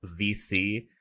VC